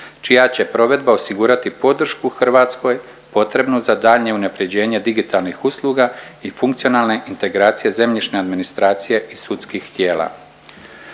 čija će provedba osigurati podršku Hrvatskoj potrebnu za daljnje unapređenje digitalnih usluga i funkcionalne integracije zemljišne administracije i sudskih tijela.